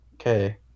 Okay